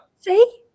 See